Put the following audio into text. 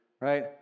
right